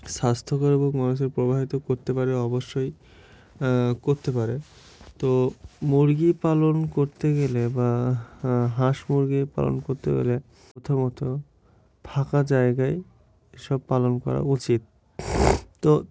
স্বাস্থ্যকর এবং মানুষের প্রভাবিত করতে পারে অবশ্যই করতে পারে তো মুরগি পালন করতে গেলে বা হাঁস মুরগি পালন করতে গেলে প্রথমত ফাঁকা জায়গায় সব পালন করা উচিত তো